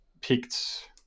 picked